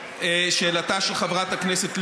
שאלתה של חברת הכנסת לבני.